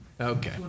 Okay